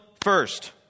first